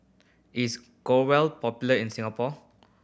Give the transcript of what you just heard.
is Growell popular in Singapore